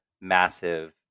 massive